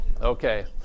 Okay